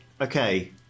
Okay